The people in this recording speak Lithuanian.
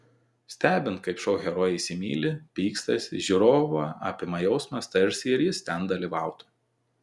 stebint kaip šou herojai įsimyli pykstasi žiūrovą apima jausmas tarsi ir jis ten dalyvautų